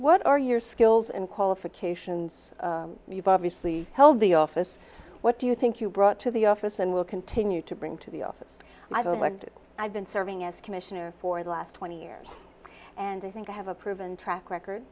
what are your skills and qualifications you've obviously held the office what do you think you brought to the office and will continue to bring to the office i voted i've been serving as commissioner for the last twenty years and i think i have a proven track record